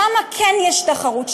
שם כן יש תחרות,